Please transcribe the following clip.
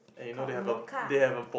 called mocha